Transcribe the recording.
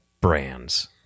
brands